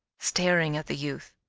staring at the youth,